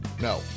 No